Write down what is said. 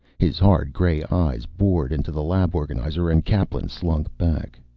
his hard gray eyes bored into the lab organizer and kaplan slunk back.